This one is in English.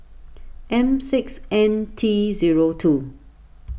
M six N T zero two